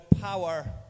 power